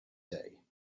day